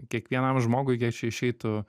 kiekvienam žmogui kiek čia išeitų